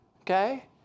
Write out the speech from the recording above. okay